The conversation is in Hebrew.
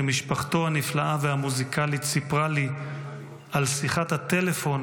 שמשפחתו הנפלאה והמוזיקלית סיפרה לי על שיחת הטלפון